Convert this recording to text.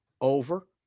over